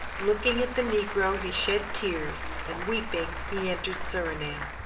looking at the negro, he shed tears, and weeping, he entered surinam.